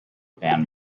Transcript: band